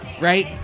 right